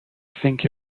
think